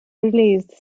released